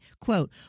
quote